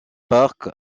parc